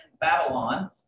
Babylon